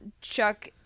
Chuck